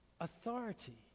authority